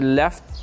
left